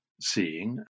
seeing